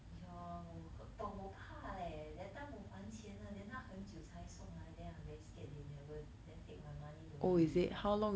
ya 我可 but 我怕 leh that time 我还钱了 then 他很久才送来 then I very scared they never then take my money don't deliver how